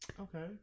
Okay